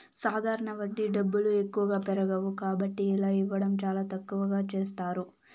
సాధారణ వడ్డీ డబ్బులు ఎక్కువగా పెరగవు కాబట్టి ఇలా ఇవ్వడం చాలా తక్కువగా చేస్తారు